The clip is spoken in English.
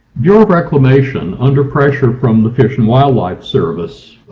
bureau of reclamation under pressure from the fish and wildlife service,